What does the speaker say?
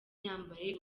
yambaye